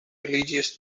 religious